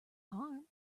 harm